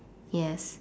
yes